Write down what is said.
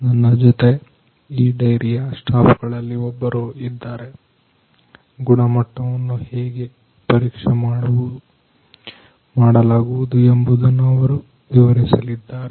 ನನ್ನ ಜೊತೆ ಈ ಡೈರಿಯ ಸ್ಟಾಪ್ ಗಳಲ್ಲಿ ಒಬ್ಬರು ಇದ್ದಾರೆ ಗುಣಮಟ್ಟವನ್ನು ಹೇಗೆ ಪರೀಕ್ಷೆ ಮಾಡಲಾಗುವುದು ಎಂಬುದನ್ನು ಅವರು ವಿವರಿಸಲಿದ್ದಾರೆ